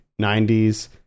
90s